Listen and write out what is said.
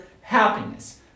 happiness